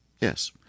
Yes